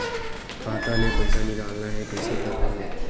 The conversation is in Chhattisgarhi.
खाता ले पईसा निकालना हे, कइसे करहूं?